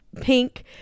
pink